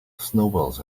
snowballs